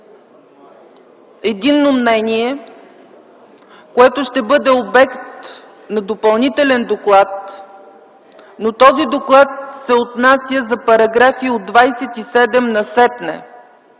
единно мнение, което ще бъде обект на допълнителен доклад, но този доклад се отнася за параграфи от 27 насетне,